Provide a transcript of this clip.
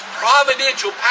providential